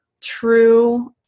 true